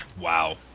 Wow